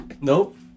Nope